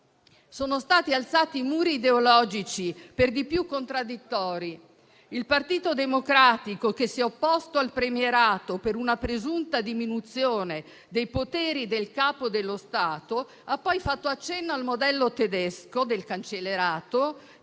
Sono stati alzati muri ideologici, per di più contraddittori. Il Partito Democratico, che si è opposto al premierato per una presunta diminuzione dei poteri del Capo dello Stato, ha poi fatto accenno al modello tedesco del cancellierato,